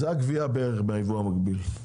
זו הגבייה בערך ביבוא המקביל.